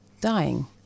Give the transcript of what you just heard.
dying